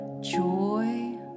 joy